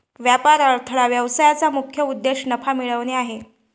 व्यापार अडथळा व्यवसायाचा मुख्य उद्देश नफा मिळवणे आहे